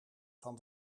van